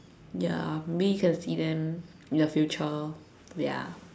ya maybe we can see them in the future